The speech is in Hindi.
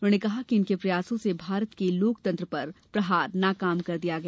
उन्होंने कहा कि इनके प्रयासों से भारत के लोकतंत्र पर प्रहार नाकाम कर दिया गया